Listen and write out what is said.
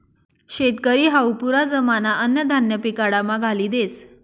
शेतकरी हावू पुरा जमाना अन्नधान्य पिकाडामा घाली देस